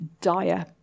dire